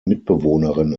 mitbewohnerin